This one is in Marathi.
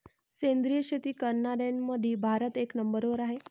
सेंद्रिय शेती करनाऱ्याईमंधी भारत एक नंबरवर हाय